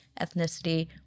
ethnicity